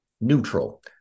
neutral